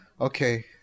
okay